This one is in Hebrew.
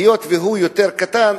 היות שהוא יותר קטן,